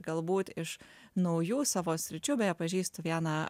galbūt iš naujų savo sričių beja pažįstu vieną